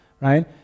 right